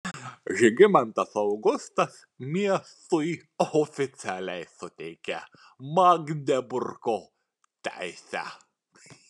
žygimantas augustas miestui oficialiai suteikė magdeburgo teisę